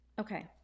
Okay